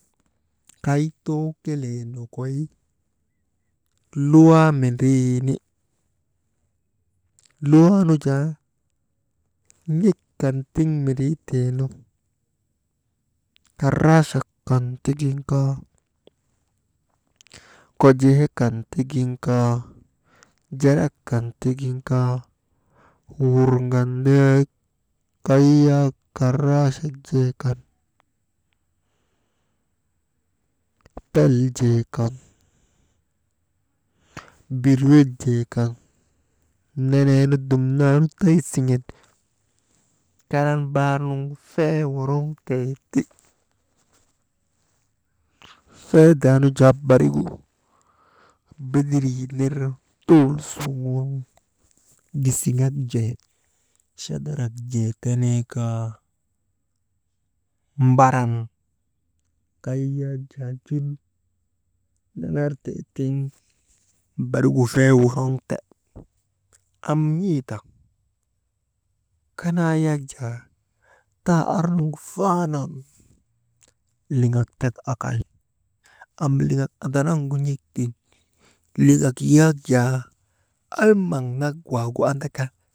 Kay too kelee nokoy luwaa mindriini, luwaa nu jaa n̰ek kan tiŋ mindriitee nu, karraachak kan tigin kaa, kojee kan tigin kaa, jarak kan tigin kaa wurŋan ndeek kay yak karaachak jee kan, pell jee kan birwet jee kan, neneenu dumnaanu tay siŋen, karan baar nugu fee woroŋtee ti, feedaanu jaa barigu bedirii ner dur suŋun gisiŋak jee, chadarak jee tenee kaa, mbaran kay yak jaa lel ner nanar tee tiŋ barigu fee woroŋte, am n̰ee ta kanaa yak jaa taa arnu faanan liŋak tek akay am liŋak andanavgu n̰ek tiŋ, liŋak yak jaa almaŋ nak waagu andaka.